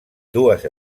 dues